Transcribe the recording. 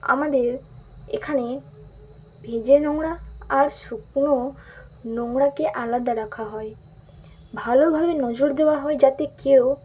আমাদের এখানে ভিজে নোংরা আর শুকনো নোংরাকে আলাদা রাখা হয় ভালোভাবে নজর দেওয়া হয় যাতে কেউ